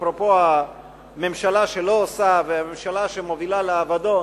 אפרופו הממשלה שלא עושה והממשלה שמובילה לאבדון,